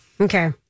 Okay